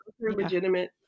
legitimate